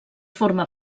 forma